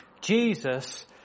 Jesus